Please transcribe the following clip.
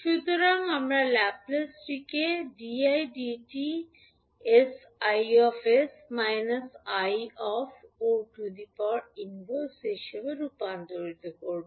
সুতরাং আমরা ল্যাপলেসটিকে 𝑑𝑖dt 𝑠𝐼𝑠 − 𝑖0− হিসাবে রূপান্তরিত করব